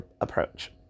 approach